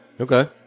Okay